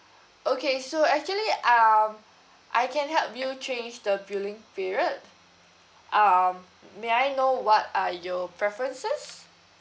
okay so actually um I can help you change the billing period um may I know what are your preferences